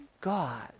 God